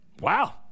Wow